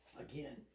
Again